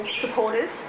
supporters